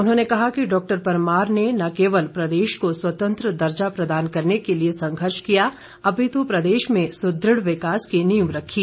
उन्होंने कहा कि डॉक्टर परमार ने न केवल प्रदेश को स्वतंत्र दर्जा प्रदान करने के लिए संघर्ष किया अपितु प्रदेश में सुदृढ़ विकास की नींव रखी